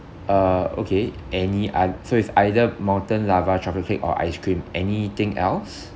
uh okay any oth~ so it's either molten lava chocolate cake or ice cream anything else